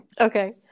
Okay